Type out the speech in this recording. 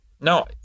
no